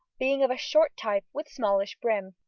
being of a short type, with smallish brim.